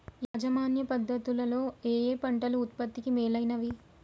యాజమాన్య పద్ధతు లలో ఏయే పంటలు ఉత్పత్తికి మేలైనవి?